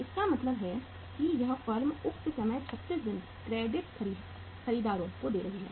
इसका मतलब है कि यह फर्म उक्त समय 36 दिन क्रेडिट खरीदारों को दे रही है